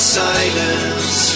silence